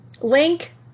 link